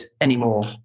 anymore